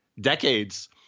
decades